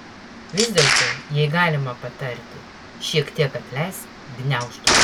vis dėlto jei galima patarti šiek tiek atleisk gniaužtus